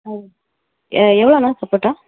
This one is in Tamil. எ எவ்வளோண்ணா சப்போட்டா